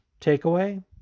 takeaway